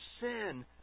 sin